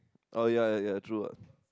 oh ya ya ya true ah